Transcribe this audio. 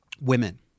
women